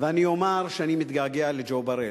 ואני אומַר שאני מתגעגע לג'ו בראל.